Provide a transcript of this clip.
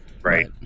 Right